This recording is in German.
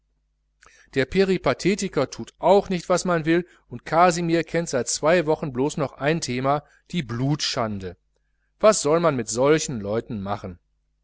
der peripathetiker thut auch nicht was man will und kasimir kennt seit zwei wochen blos noch ein thema die blutschande was soll man mit solchen leuten machen